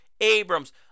Abrams